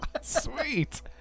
Sweet